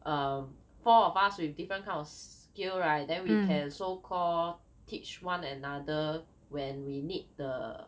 um four of us with different kind of skill right then we can so call teach one another when we need the